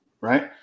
Right